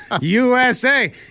usa